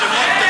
בדברה,